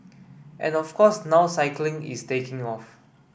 and of course now cycling is taking off